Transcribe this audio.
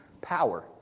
power